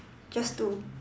just two